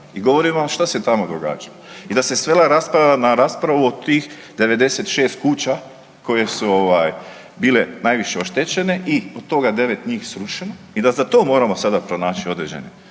i govorimo vam što se tamo događa i da se svela rasprava na raspravu o tih 96 kuća koje su bile najviše oštećene i od toga devet njih srušeno i da za to moramo sada pronaći određene